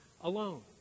alone